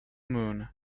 moon